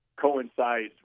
coincides